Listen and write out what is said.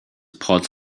part